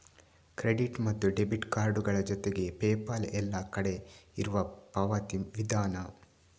credit ಮತ್ತು debit ಕಾರ್ಡುಗಳ ಜೊತೆಗೆ ಪೇಪಾಲ್ ಎಲ್ಲ ಕಡೆ ಇರುವ ಪಾವತಿ ವಿಧಾನ